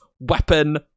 Weapon